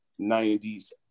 90s